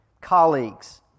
colleagues